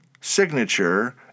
signature